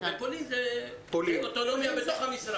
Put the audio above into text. ופולין זה אוטונומיה בתוך המשרד.